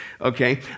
okay